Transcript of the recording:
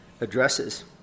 addresses